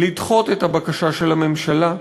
לדחות את הבקשה של הממשלה,